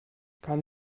kann